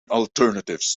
alternatives